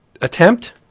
attempt